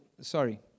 sorry